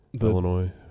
Illinois